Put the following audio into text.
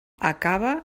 acaba